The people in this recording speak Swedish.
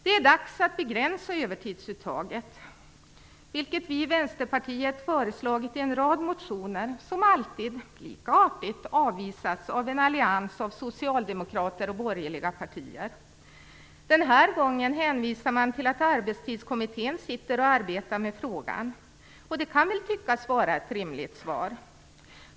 Det är dags att begränsa övertidsuttaget, vilket vi i Vänsterpartiet har föreslagit i en rad motioner, som alltid lika artigt avvisats av en allians av socialdemokrater och borgerliga partier. Den här gången hänvisar man till att Arbetstidskommittén arbetar med frågan. Det kan väl tyckas vara ett rimligt svar.